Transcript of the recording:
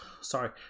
sorry